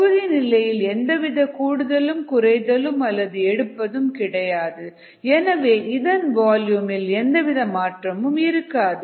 தொகுதி நிலையில் எந்தவித கூடுதலும் குறைதலும் அல்லது எடுப்பதும் கிடையாது எனவே இதன் வால்யூமில் எந்தவித மாற்றமும் இருக்காது